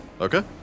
Okay